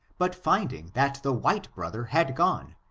but finding that the white brother had gone,